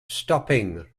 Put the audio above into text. stopping